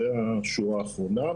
זו השורה התחתונה.